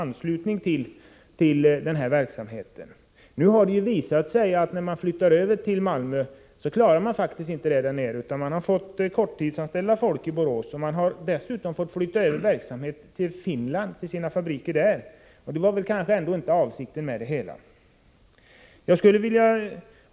Det har nu visat sig att man inte klarar överflyttningen till Malmö, utan man måste i samband härmed korttidsanställa folk i Borås och har dessutom fått flytta över verksamhet till sina fabriker i Finland — och det var väl ändå inte avsikten.